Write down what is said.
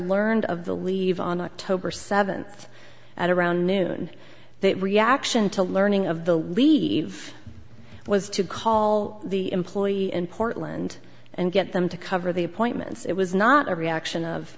learned of the leave on october seventh at around noon that reaction to learning of the leave was to call the employee in portland and get them to cover the appointments it was not a reaction of